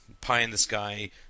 pie-in-the-sky